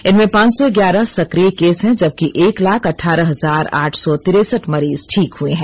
इनमें पांच सौ ग्यारह सक्रिय केस हैं जबकि एक लाख अठारह हजार आठ सौ तिरसठ मरीज ठीक हुए हैं